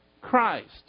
Christ